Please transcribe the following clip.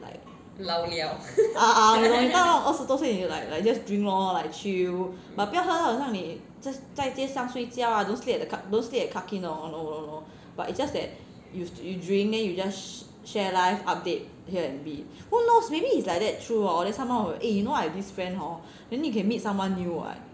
like ah ah 你懂你到那种二十多岁你 like like just drink lor like chill but 不要喝到好像你 just 在街上睡觉 don't sleep at the club don't sleep at clarke quay 那种 but it's just that you you drink then you just share life update here and be who knows maybe is like that through hor then someone will eh you know I have this friend hor then you can meet someone new what